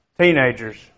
teenagers